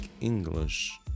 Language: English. English